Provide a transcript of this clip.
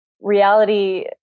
reality